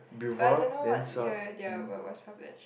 but I don't know what year their work was published